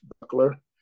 buckler